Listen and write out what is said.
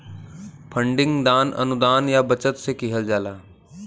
funding दान, अनुदान या बचत से किहल जाला